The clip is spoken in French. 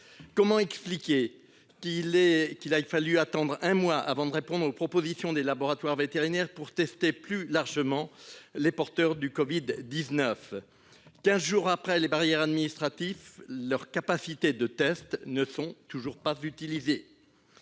Comment expliquer qu'il a fallu attendre un mois avant de répondre aux propositions des laboratoires vétérinaires pour tester plus largement les porteurs du Covid-19 ? Quinze jours après la levée des barrières administratives, leurs capacités ne sont toujours pas utilisées.